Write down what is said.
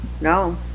no